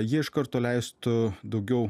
jie iš karto leistų daugiau